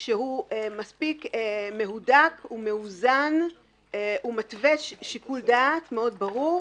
שהוא מספיק מהודק ומאוזן ומתווה שיקול דעת ברור מאוד,